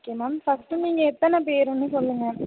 okay ma'am first நீங்கள் எத்தனை பேருன்னு சொல்லுங்கள்